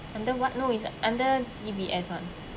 under what no it's under D_B_S [one]